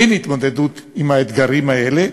אין התמודדות עם האתגרים האלה.